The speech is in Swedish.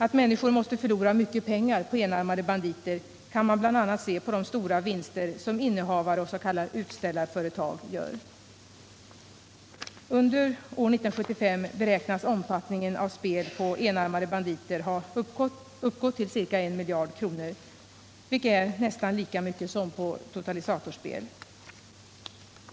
Att människor måste förlora mycket pengar på enarmade banditer kan man bl.a. se på de stora vinster som innehavare och s.k. utställarföretag gör. Under 1975 beräknas omfattningen av spel på enarmade banditer ha uppgått till ca 1 miljard kronor, vilket är nästan lika mycket som på totalisatorspel.